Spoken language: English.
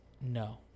no